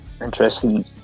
Interesting